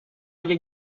اگه